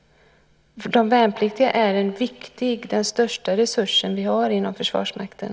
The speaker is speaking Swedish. De värnpliktiga är ju den största resurs vi har inom Försvarsmakten.